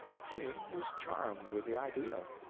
the king was charmed with the idea.